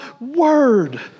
word